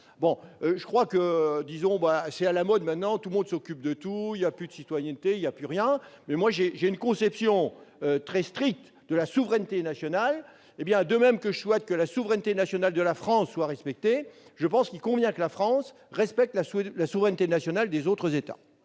d'un autre État. C'est à la mode maintenant : tout le monde s'occupe de tout, il n'y a plus de citoyenneté, il n'y a plus rien ! Quant à moi, j'ai une conception très stricte de la souveraineté nationale et, de même que je souhaite que la souveraineté nationale de la France soit respectée, je pense qu'il convient que la France respecte celle des autres États.